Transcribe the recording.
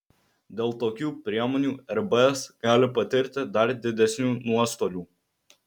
dėl tokių priemonių rbs gali patirti dar didesnių nuostolių